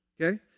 Okay